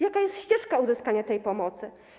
Jaka jest ścieżka uzyskania tej pomocy?